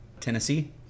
tennessee